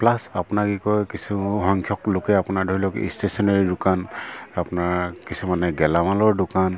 plus আপোনাৰ কি কয় কিছু সংখ্যক লোকে আপোনাৰ ধৰি লওক ষ্টেচনেৰী দোকান আপোনাৰ কিছুমানে গেলামালৰ দোকান